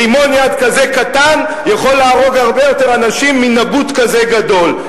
רימון יד כזה קטן יכול להרוג הרבה יותר אנשים מנבוט כזה גדול.